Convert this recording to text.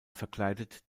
verkleidet